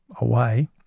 away